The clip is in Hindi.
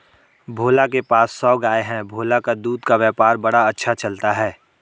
भोला के पास सौ गाय है भोला का दूध का व्यापार बड़ा अच्छा चलता है